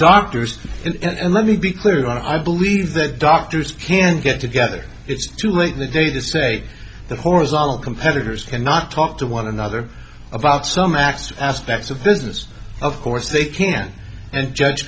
doctors and let me be clear i believe that doctors can get together it's too late in the day the say the horizontal competitors cannot talk to one another about some x aspects of business of course they can and judge